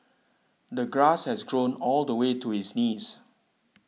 the grass has grown all the way to his knees